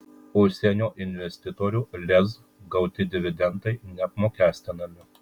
užsienio investitorių lez gauti dividendai neapmokestinami